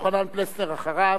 יוחנן פלסנר אחריו,